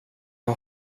har